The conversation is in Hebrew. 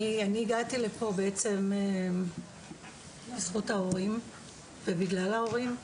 אני הגעתי לפה בעצם בזכות ההורים ובגלל ההורים.